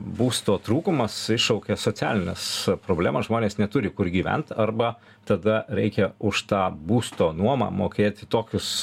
būsto trūkumas iššaukia socialines problemas žmonės neturi kur gyvent arba tada reikia už tą būsto nuomą mokėti tokius